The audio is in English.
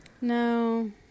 No